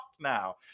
now